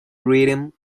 written